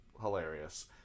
hilarious